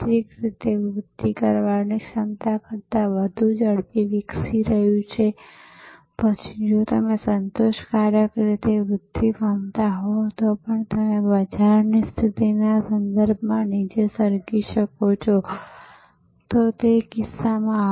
તેઓ કોડિંગ પધ્ધતિનો ઉપયોગ કરે છે હું તમને કોડિંગ પધ્ધતિનું ઉદાહરણ બતાવીશ જે તમે ટોચની લાઇન પર જુઓ છો આ ખૂબ જ સરળ કોડિંગ પધ્ધતિ છે તેઓ તેનો ઉપયોગ કરે છે જે મૂળ તેમજ ગંતવ્ય બતાવે છે